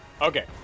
Okay